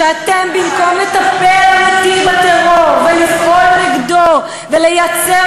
שאתם במקום לטפל בטרור ולפעול נגדו ולייצר